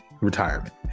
retirement